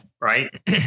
right